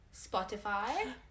Spotify